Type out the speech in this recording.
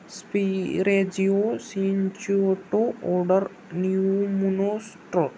स्पिरेजिओ सिंच्युटो ऑर्डर न्यूमोनो स्ट्रॉक